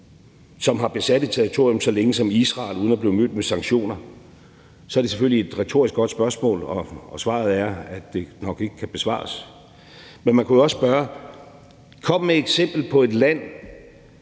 som har besat et territorium så længe som Israel uden at blive mødt med sanktioner. Det er selvfølgelig et retorisk godt spørgsmål, og svaret er, at det nok ikke kan besvares. Men man kunne jo også sige: Kom med et eksempel på et land,